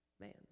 man